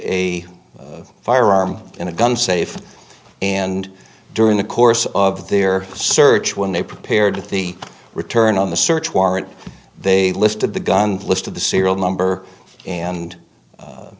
a firearm in a gun safe and during the course of their search when they prepared the return on the search warrant they listed the gun list of the serial number and